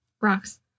Rocks